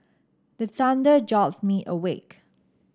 the thunder jolt me awake